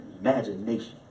Imagination